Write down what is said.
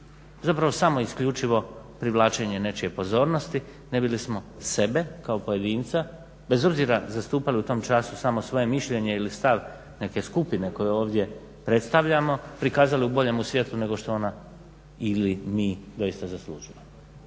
zapravo samo i isključivo privlačenje nečije pozornosti ne bismo li sebe kao pojedinca, bez obzira zastupali u tom času samo svoje mišljenje ili stav neke skupine koju ovdje predstavljamo, prikazali u boljem svjetlu nego što ona ili mi zaista zaslužujemo.